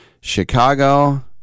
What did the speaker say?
Chicago